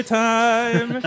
time